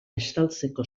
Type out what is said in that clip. estaltzeko